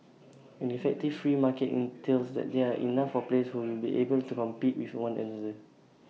an effective free market entails that there are enough of players who will be able to compete with one another